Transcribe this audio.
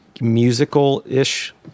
musical-ish